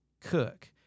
cook